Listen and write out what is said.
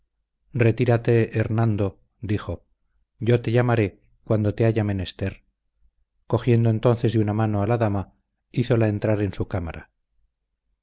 retírate hernando dijo yo te llamaré cuando te haya menester cogiendo entonces de una mano a la dama hízola entrar en su cámara